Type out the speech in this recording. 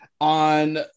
on